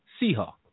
Seahawk